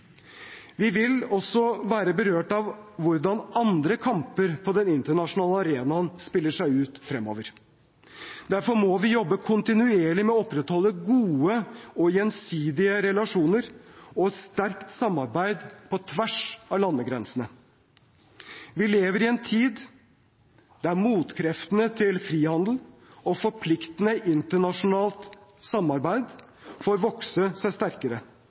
Vi vil også være berørt av hvordan andre kamper på den internasjonale arenaen spiller seg ut fremover. Derfor må vi jobbe kontinuerlig med å opprettholde gode og gjensidige relasjoner og et sterkt samarbeid på tvers av landegrensene. Vi lever i en tid der motkreftene til frihandel og forpliktende internasjonalt samarbeid får vokse seg sterkere.